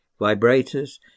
vibrators